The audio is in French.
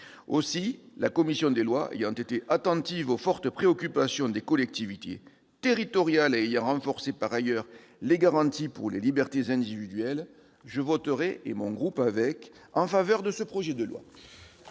Aussi, la commission des lois ayant été attentive aux fortes préoccupations des collectivités territoriales et ayant renforcé par ailleurs les garanties en faveur des libertés individuelles, voterai-je, et mon groupe avec moi, pour l'adoption de ce projet de loi.